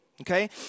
okay